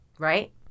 Right